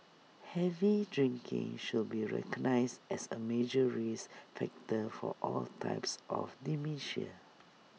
heavy drinking should be recognised as A major risk factor for all types of dementia